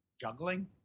Juggling